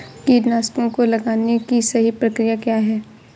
कीटनाशकों को लगाने की सही प्रक्रिया क्या है?